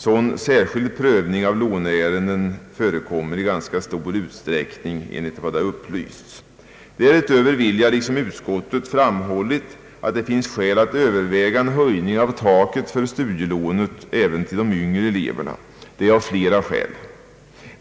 Sådan särskild prövning av låneärenden förekommer i ganska stor utsträckning, enligt vad det har upplysts. Därutöver vill jag liksom utskottet framhålla att det finns skäl att överväga en höjning av taket för studielån även till de yngre eleverna. Dessa skäl är flera.